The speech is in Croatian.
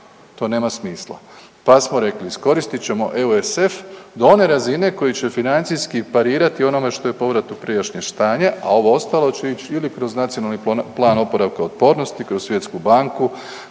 To nema smisla, pa smo rekli iskoristit ćemo EUSF do one razine koja će financijski parirati onome što je povrat u prijašnje stanje, a ovo ostalo će ići ili kroz NPOO, kroz Svjetsku banku,